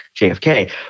JFK